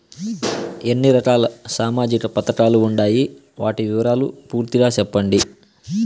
ఎన్ని రకాల సామాజిక పథకాలు ఉండాయి? వాటి వివరాలు పూర్తిగా సెప్పండి?